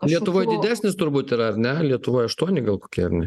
lietuvoj didesnis turbūt yra ar ne lietuvoje aštuoni gal kokie ar ne